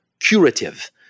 curative